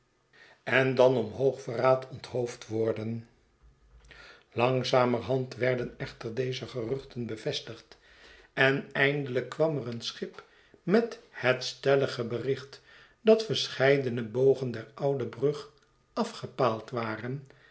en dan om hoog verraad onthoofd worden langzamerhand werden echter deze geruchten bevestigd en eindelijk kwam er een schip met het stellige bericht dat verscheidene bogen der oude brug afgepaald waren